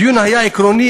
הדיון היה עקרוני-ערכי,